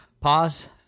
Pause